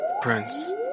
Prince